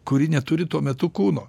kuri neturi tuo metu kūno